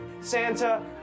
Santa